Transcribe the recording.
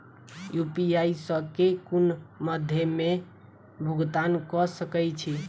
UPI सऽ केँ कुन मध्यमे मे भुगतान कऽ सकय छी?